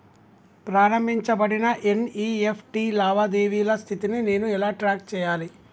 ప్రారంభించబడిన ఎన్.ఇ.ఎఫ్.టి లావాదేవీల స్థితిని నేను ఎలా ట్రాక్ చేయాలి?